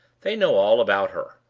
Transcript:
they know all about her.